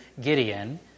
Gideon